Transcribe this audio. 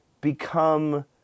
become